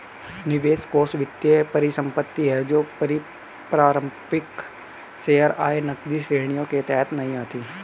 निवेश कोष वित्तीय परिसंपत्ति है जो पारंपरिक शेयर, आय, नकदी श्रेणियों के तहत नहीं आती